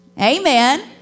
Amen